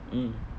mm